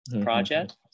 project